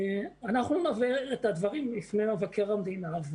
אנחנו נברר את הדברים בפני מבקר המדינה,